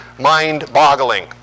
mind-boggling